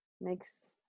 makes